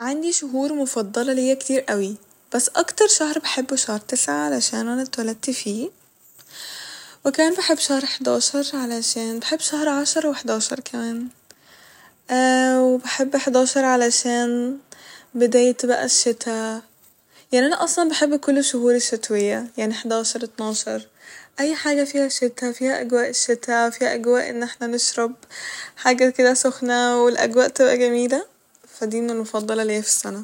عندي شهور مفضلة ليا كتير اوي بس اكتر شهر بحبه شهر تسعة علشان انا اتولدت فيه وكمان بحب شهر حداشر علشان بحب شهر عشرة وحداشر كمان وبحب حداشر عشان بداية بقى الشتا يعني انا اصلا بحب كل الشهور الشتوية يعني حداشر اتناشر اي حاجة فيها شتا فيها اجواء الشتا فيها اجواء ان احنا نشرب حاجة كده سخنة و الاجواء تبقى جميلة ف دي من المفضلة ليا ف السنة